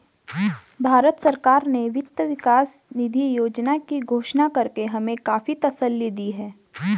भारत सरकार ने वित्त विकास निधि योजना की घोषणा करके हमें काफी तसल्ली दी है